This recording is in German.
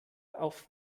auf